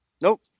Nope